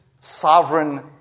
Sovereign